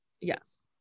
Yes